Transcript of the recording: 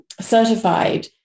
certified